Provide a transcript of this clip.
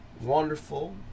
wonderful